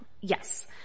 Yes